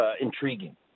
intriguing